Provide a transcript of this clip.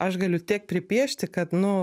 aš galiu tiek pripiešti kad nu